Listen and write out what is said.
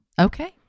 Okay